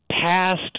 past